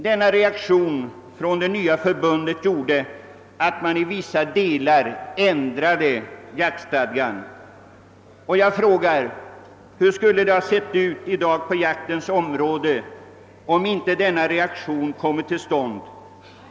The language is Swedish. Denna reaktion från medlemmarna i det nya förbundet gjorde att jaktstadgan ändrades i vissa delar, och var och en kan ju förstå hur det skulle ha sett ut i dag på jaktens område om inte denna reaktion hade kommit till uttryck.